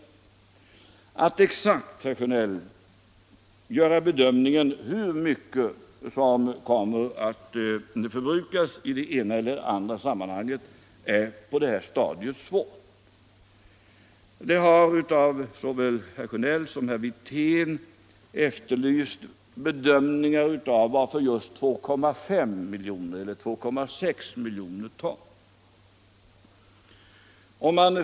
Att, herr Sjönell, exakt bedöma hur mycket som kommer att förbrukas i det ena eller det andra sammanhanget är på detta stadium svårt. Både herr Sjönell och herr Wirtén har efterlyst varför man stannat för just 2,5 eller 2,6 miljoner ton.